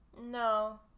No